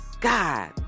God